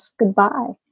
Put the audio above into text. goodbye